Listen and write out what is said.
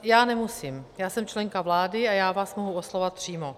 Já nemusím, já jsem členka vlády a já vás mohu oslovovat přímo.